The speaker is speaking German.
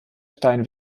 stein